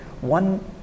one